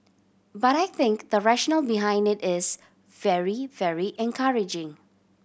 but I think the rationale behind it is very very encouraging